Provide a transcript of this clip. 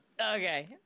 Okay